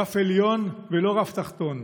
רף עליון ולא רף תחתון.